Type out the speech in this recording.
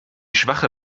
schwache